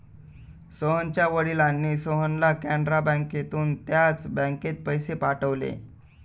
सोहनच्या वडिलांनी सोहनला कॅनरा बँकेतून त्याच बँकेत पैसे पाठवले